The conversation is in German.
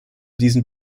diesen